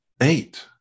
Eight